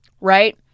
right